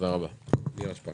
אני חושבת שהצעת